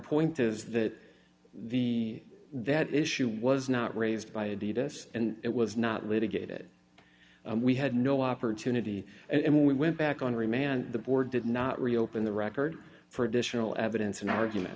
point is that the that issue was not raised by adidas and it was not litigated and we had no opportunity and when we went back on remand the board did not reopen the record for additional evidence an argument